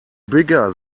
bigger